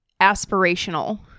aspirational